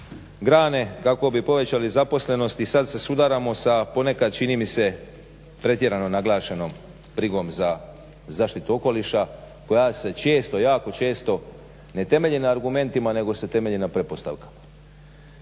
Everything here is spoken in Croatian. grane kako bi povećali zaposlenost i sad se sudaramo sa ponekad čini mi se pretjerano naglašenom brigom za zaštitu okoliša koja se često, jako često ne temelji na argumentima nego se temelji na pretpostavkama.